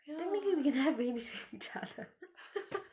technically we can have babies with each other